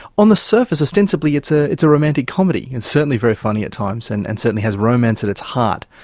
on the surface ostensibly it's ah it's a romantic comedy, it's and certainly very funny at times and and certainly has romance at its heart,